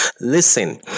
Listen